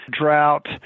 drought